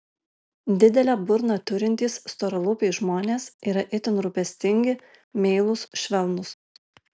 didelę burną turintys storalūpiai žmonės yra itin rūpestingi meilūs švelnūs